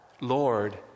Lord